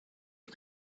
you